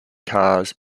cars